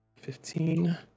fifteen